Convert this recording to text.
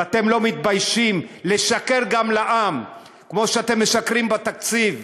ואתם לא מתביישים לשקר גם לעם כמו שאתם משקרים בתקציב.